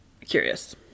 curious